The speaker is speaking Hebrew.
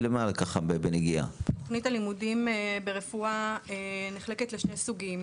תוכנית הלימודים ברפואה נחלקת לשני סוגים.